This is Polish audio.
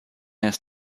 jest